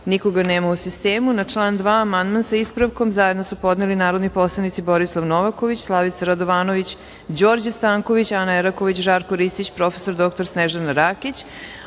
Srbije. Nikoga nema u sistemu. Na član 2. amandman, sa ispravkom, zajedno su podneli narodni poslanici Borislav Novaković, Slavica Radovanović, Đorđe Stanković, Ana Eraković, Žarko Ristić, prof. dr Snežana Rakić,